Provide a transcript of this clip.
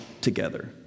together